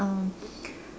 um